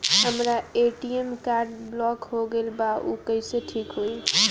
हमर ATM card block हो गईल बा ऊ कईसे ठिक होई?